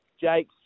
Jake